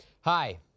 Hi